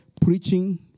preaching